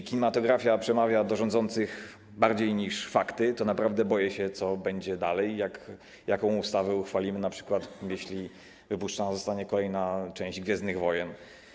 Jeśli kinematografia przemawia do rządzących bardziej niż fakty, to naprawdę boję się, co będzie dalej, jaką ustawę uchwalimy, jeśli np. wypuszczona zostanie kolejna część „Gwiezdnych wojen”